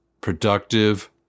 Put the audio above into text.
productive